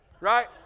Right